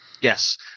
Yes